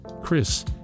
Chris